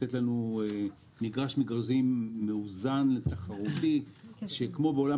לתת לנו מגרש מאוזן ותחרותי שנוכל כמו בעולם